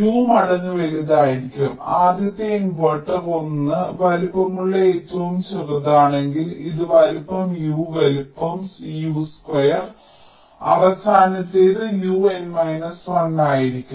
U മടങ്ങ് വലുതായിരിക്കും ആദ്യത്തെ ഇൻവെർട്ടർ 1 വലുപ്പമുള്ള ഏറ്റവും ചെറുതാണെങ്കിൽ ഇത് വലുപ്പം U വലുപ്പം U2 അവസാനത്തേത് UN 1 ആയിരിക്കും